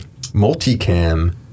multicam